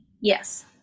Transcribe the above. yes